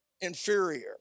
inferior